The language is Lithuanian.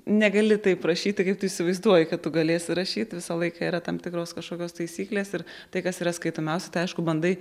negali taip rašyti kaip tu įsivaizduoji kad tu galėsi rašyt visą laiką yra tam tikros kažkokios taisyklės ir tai kas yra skaitomiausia tai aišku bandai